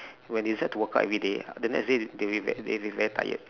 when you start to work out everyday ah the next day they will v~ they will be very tired